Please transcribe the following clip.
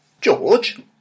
George